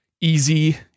easy